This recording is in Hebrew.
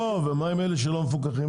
ומה עם אלה שלא מפוקחים?